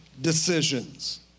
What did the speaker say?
decisions